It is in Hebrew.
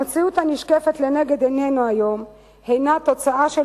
המציאות הנשקפת לנגד עינינו היום הינה תוצאה של